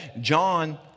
John